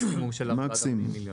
מקסימום של 40 מיליון.